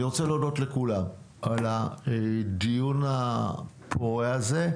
אני רוצה להודות לכולם על הדיון הפורה הזה,